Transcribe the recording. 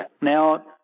Now